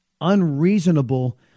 unreasonable